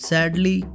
Sadly